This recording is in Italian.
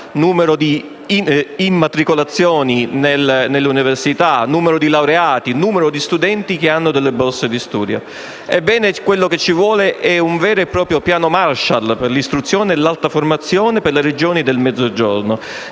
numero di immatricolazioni nelle università, numero di laureati, numero di studenti che hanno delle borse di studio. Ebbene, quello che ci vuole è un vero e proprio piano Marshall per l'istruzione e l'alta formazione nelle Regioni del Mezzogiorno.